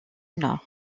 nord